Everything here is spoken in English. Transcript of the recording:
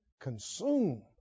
consume